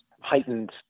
heightened